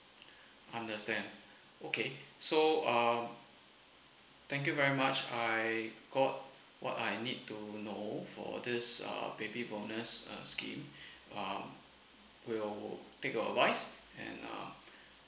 understand okay so um thank you very much I got what I need to know for this uh baby bonus uh scheme um we'll take a wise and uh